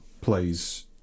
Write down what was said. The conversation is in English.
plays